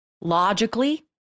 logically